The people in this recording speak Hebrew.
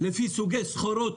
לפי סוגי סחורות,